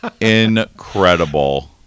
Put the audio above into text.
Incredible